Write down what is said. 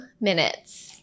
minutes